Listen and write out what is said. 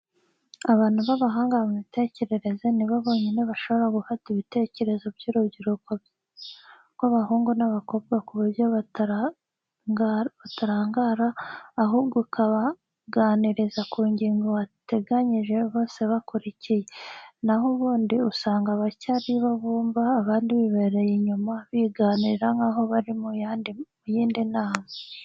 Abantu b'abahanga mu mitekerereze ni bo bonyine bashobora gufata ibitekerezo by'urubyiruko rw'abahungu n'abakobwa ku buryo batarangara, ahubwo ukabaganiriza ku ngingo wateganyije bose bakurikiye, na ho ubundi usanga bake ari bo bumva abandi bibereye inyuma biganirira nkaho bari mu yindi nama.